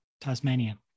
Tasmania